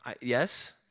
Yes